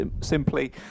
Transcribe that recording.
simply